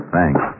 Thanks